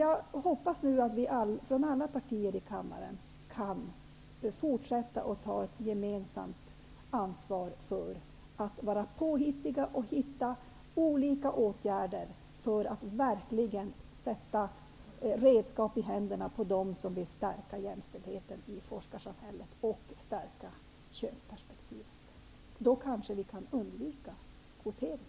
Jag hoppas nu att vi från alla partier i denna kammare kan fortsätta att ta ett gemensamt ansvar och försöka hitta olika åtgärder för att verkligen sätta redskapen i händerna på dem som vill stärka jämställdheten i forskarsamhället och stärka könsperspektivet. Då kanske vi kan undvika kvotering.